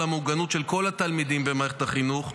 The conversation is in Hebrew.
המוגנות של כל התלמידים במערכת החינוך,